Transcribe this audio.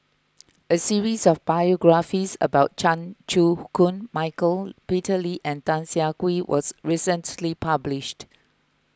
a series of biographies about Chan Chew Koon Michael Peter Lee and Tan Siah Kwee was recently published